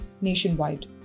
nationwide